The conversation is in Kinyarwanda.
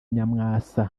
nyamwasa